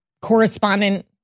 correspondent